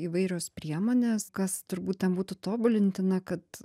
įvairios priemonės kas turbūt ten būtų tobulintina kad